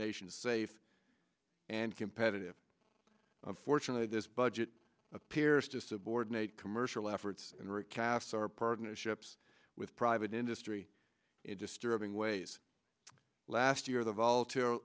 nation safe and competitive fortunately this budget appears to subordinate commercial efforts and recast our partnerships with private industry in disturbing ways last year the vol